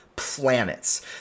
planets